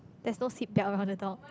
there's no seat belt on the dog